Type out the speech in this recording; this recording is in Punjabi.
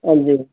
ਹਾਂਜੀ